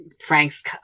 frank's